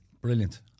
Brilliant